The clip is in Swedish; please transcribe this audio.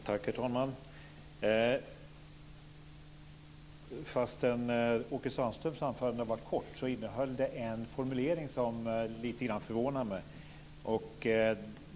Herr talman! Trots att Åke Sandströms anförande var kort innehöll det en formulering som lite grann förvånade mig.